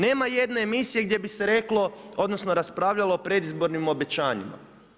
Nema jedna emisije gdje bi se reklo, odnosno raspravljalo o predizbornim obećanjima.